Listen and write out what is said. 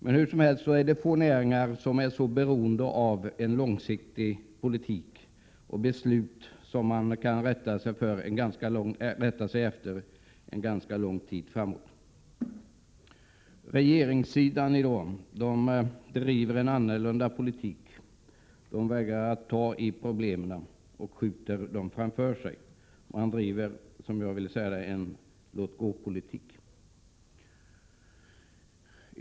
Få näringar är så beroende som lantbruket av en långsiktig politik och beslut som man kan rätta sig efter en ganska lång tid framåt. Regeringssidan driver en annan politik. Den vägrar att ta i problemen och skjuter dem framför sig. Regeringen driver en låt-gå-politik.